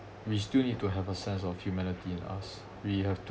we still need to have a sense of humanity in us we have to